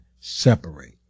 separate